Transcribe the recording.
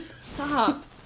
Stop